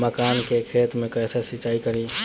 मका के खेत मे कैसे सिचाई करी?